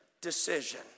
decision